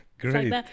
great